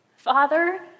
Father